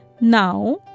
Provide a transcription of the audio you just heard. Now